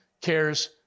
cares